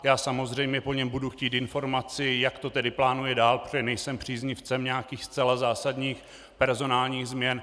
Já samozřejmě po něm budu chtít informaci, jak to tedy plánuje dál, protože nejsem příznivcem nějakých zcela zásadních personálních změn.